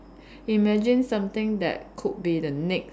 imagine something that could be the next